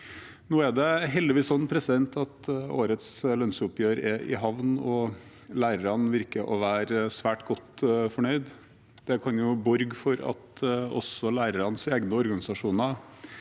Nå er det heldigvis sånn at årets lønnsoppgjør er i havn, og lærerne virker å være svært godt fornøyd. Det kan jo borge for at også lærernes egne organisasjoner